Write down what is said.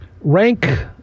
Rank